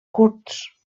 curts